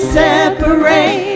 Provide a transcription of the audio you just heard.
separate